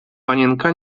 panienka